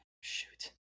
shoot